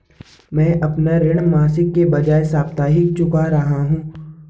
मैं अपना ऋण मासिक के बजाय साप्ताहिक चुका रहा हूँ